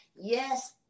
yes